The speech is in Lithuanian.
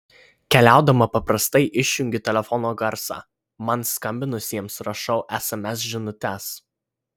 keliaudama paprastai išjungiu telefono garsą man skambinusiems rašau sms žinutes